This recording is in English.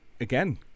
again